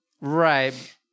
Right